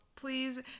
please